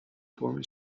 former